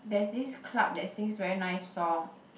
there's this club that sings very nice song